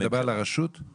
אתה מדבר על הוועדה של הרשות?